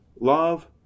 love